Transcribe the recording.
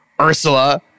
Ursula